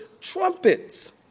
trumpets